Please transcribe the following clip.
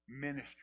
ministry